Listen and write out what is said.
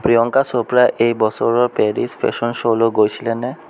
প্ৰিয়ংকা চ'প্ৰাই এই বছৰৰ পেৰিছ ফেশ্যন শ্ব'লৈ গৈছিলনে